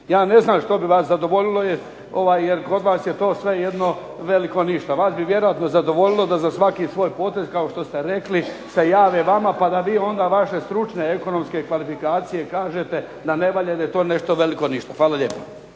Ja ne znam što bi vas zadovoljilo jer kod vas je to sve jedno veliko ništa. Vas bi vjerojatno zadovoljilo da za svaki svoj potez, kao što ste rekli, se jave vama pa da vi onda vaše stručne, ekonomske kvalifikacije kažete da ne valja i da je to nešto veliko ništa. **Jarnjak,